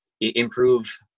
improve